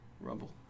Rumble